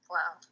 Wow